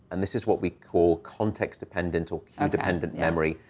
and this is what we call context-dependent or key-dependent memory.